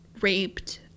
raped